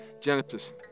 Genesis